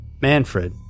Manfred